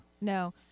no